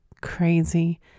crazy